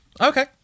Okay